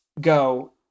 go